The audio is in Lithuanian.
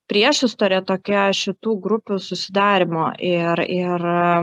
priešistorė tokia šitų grupių susidarymo ir ir